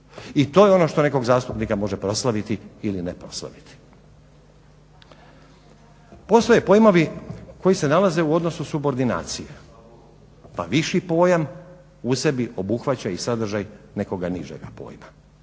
i to je ono što nekog zastupnika može proslaviti ili ne proslaviti. Postoje pojmovi koji se nalaze u odnosu subordinacije pa viši pojam u sebi obuhvaća i sadržaj nekoga nižega pojma.